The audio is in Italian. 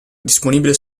disponibile